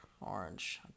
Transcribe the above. orange